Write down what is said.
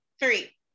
three